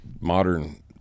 modern